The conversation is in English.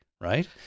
right